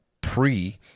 pre